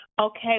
Okay